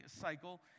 cycle